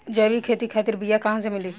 जैविक खेती खातिर बीया कहाँसे मिली?